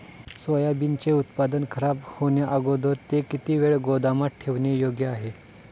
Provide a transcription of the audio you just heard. सोयाबीनचे उत्पादन खराब होण्याअगोदर ते किती वेळ गोदामात ठेवणे योग्य आहे?